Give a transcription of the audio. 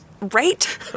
right